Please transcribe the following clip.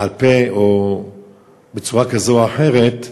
בעל-פה או בצורה כזאת או אחרת,